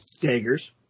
daggers